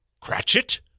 Cratchit